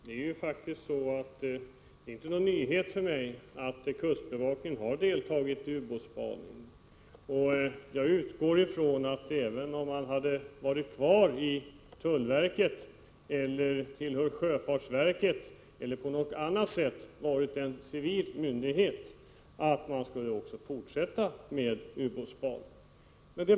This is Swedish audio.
Herr talman! Det är faktiskt inte någon nyhet för mig att kustbevakningen har deltagit i ubåtsspaning. Jag utgår från att även om man hade varit kvar under tullverket eller hade tillhört sjöfartsverket eller på annat sätt varit en civil myndighet, skulle man ha fortsatt med ubåtsspaning.